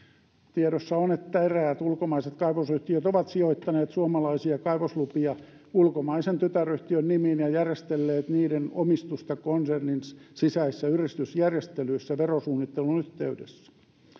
tiedossa on että eräät ulkomaiset kaivosyhtiöt ovat sijoittaneet suomalaisia kaivoslupia ulkomaisen tytäryhtiön nimiin ja järjestelleet niiden omistusta konsernin sisäisissä yritysjärjestelyissä verosuunnittelun yhteydessä